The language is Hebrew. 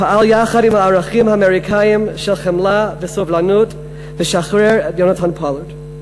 פעל יחד עם הערכים האמריקניים של חמלה וסובלנות ושחרר את יונתן פולארד.